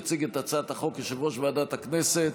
יציג את הצעת החוק יושב-ראש ועדת הכנסת